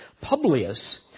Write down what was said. Publius